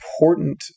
important